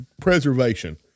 preservation